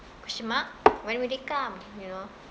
question mark when will they come you know